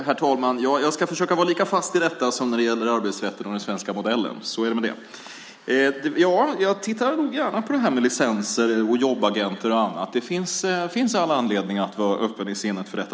Herr talman! Jag ska försöka vara lika fast i detta som när det gäller arbetsrätten och den svenska modellen. Så är det med det! Ja, jag tittar nog gärna på detta med licenser, jobbagenter och annat. Det finns all anledning att vara öppen i sinnet för detta.